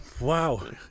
Wow